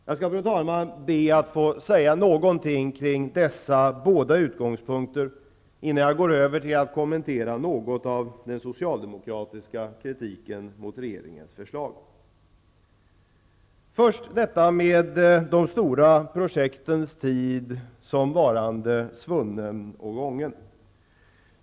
Jag ber, fru talman, att få säga några ord om dessa båda utgångspunkter innan jag går över till att något kommentera den socialdemokratiska kritiken mot regeringens förslag. Först detta med de stora projektens tid såsom en svunnen, gången, tid.